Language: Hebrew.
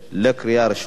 קריאה ראשונה.